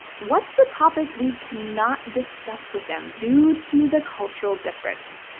what's the topic we cannot discuss with them due to the cultural difference?